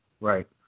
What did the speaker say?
Right